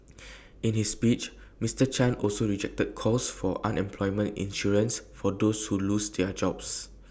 in his speech Mister chan also rejected calls for unemployment insurance for those who lose their jobs